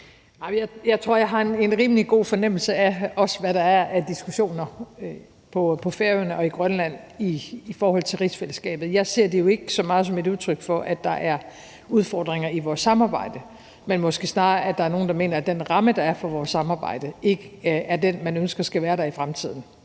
Jeg tror, jeg har en rimelig god fornemmelse af, hvad der er af diskussioner på Færøerne og i Grønland i forhold til rigsfællesskabet. Jeg ser det jo ikke så meget som et udtryk for, at der er udfordringer i vores samarbejde, men måske snarere, at der er nogle, der mener, at den ramme, der er for vores samarbejde, ikke er den, man ønsker skal være der i fremtiden,